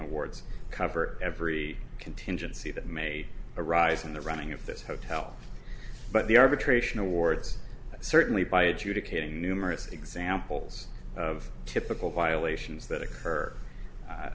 awards cover every contingency that may arise in the running of this hotel but the arbitration awards certainly by adjudicating numerous examples of typical violations that occur